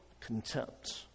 contempt